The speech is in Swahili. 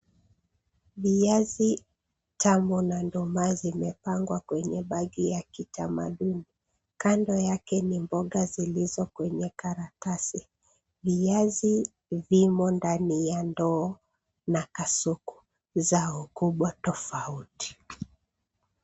Viazi tamu na ndumaa zimepangwa kwenye bagi ya kitamaduni. Kando yake ni mboga zilizo kwenye karatasi. Viazi vimo ndani ya ndoo na kasuku zao kubwa tofauti.